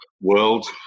world